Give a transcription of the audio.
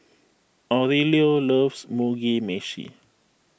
Aurelio loves Mugi Meshi